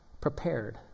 prepared